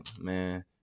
man